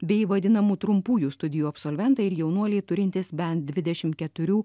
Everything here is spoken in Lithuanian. bei vadinamų trumpųjų studijų absolventai ir jaunuoliai turintys bent dvidešimt keturių